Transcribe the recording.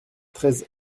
treize